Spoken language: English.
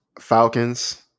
Falcons